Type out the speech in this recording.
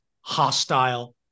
hostile